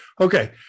okay